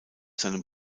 seinem